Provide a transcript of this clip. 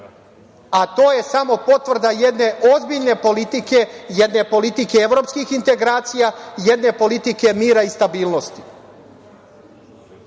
To je samo potvrda jedne ozbiljne politike, jedne politike evropskih integracija i jedne politike mira i stabilnosti. Zato